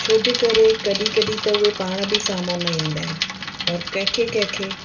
छो जे करे कॾहिं कॾहिं त उहे पाण बि साम्हूं न ईंदा आहिनि और कंहिंखे कंहिंखे